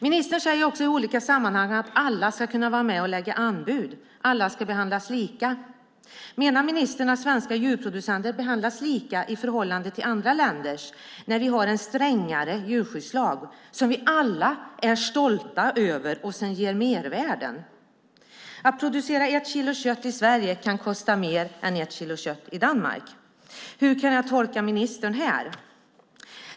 Ministern har i olika sammanhang sagt att alla ska kunna vara med och lämna anbud. Alla ska behandlas lika. Menar ministern att svenska djurproducenter behandlas lika i förhållande till andra länder när vi har en strängare djurskyddslag som vi alla är stolta över och som ger mervärden? Att producera ett kilo kött i Sverige kan kosta mer än att producera ett kilo kött i Danmark. Hur kan jag tolka ministern här?